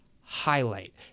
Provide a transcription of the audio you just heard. highlight